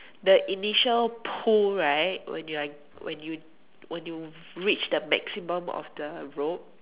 the initial pull right when you are when you when you reach the maximum of the rope